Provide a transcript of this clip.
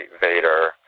Vader